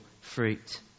fruit